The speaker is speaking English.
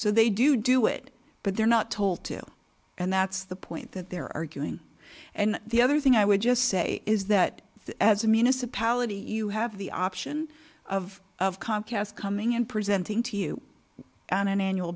so they do do it but they're not told to and that's the point that they're arguing and the other thing i would just say is that as a municipality you have the option of of comcast coming in presenting to you on an annual